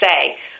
say